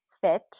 fit